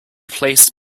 placed